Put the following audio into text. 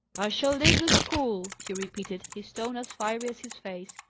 i shall leave the school! he repeated, his tone as fiery as his face.